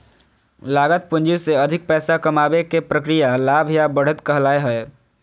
लागत पूंजी से अधिक पैसा कमाबे के प्रक्रिया लाभ या बढ़त कहलावय हय